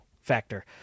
factor